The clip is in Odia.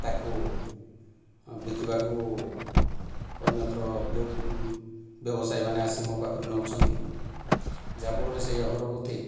ତାକୁ ବିକିବାକୁ ଅନ୍ୟତ୍ର ବ୍ୟବସାୟୀମାନେ ଆସି ମୋ ପାଖରୁ ନେଉଛନ୍ତି ଯାହା ଫଳରେ ସେହି ଅଗରବତୀ